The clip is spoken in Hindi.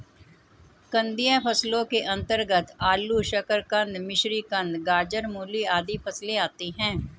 कंदीय फसलों के अंतर्गत आलू, शकरकंद, मिश्रीकंद, गाजर, मूली आदि फसलें आती हैं